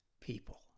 people